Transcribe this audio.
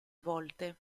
volte